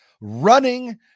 running